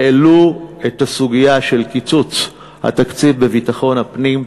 העלו את הסוגיה של קיצוץ התקציב בביטחון הפנים.